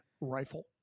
rifle